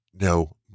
no